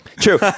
True